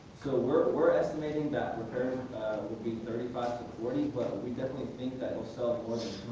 we're we're estimating that repairs would be thirty five to forty. but we definitely think that we'll sell for